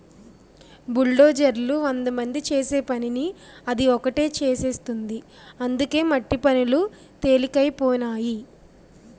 బుల్డోజర్లు వందమంది చేసే పనిని అది ఒకటే చేసేస్తుంది అందుకే మట్టి పనులు తెలికైపోనాయి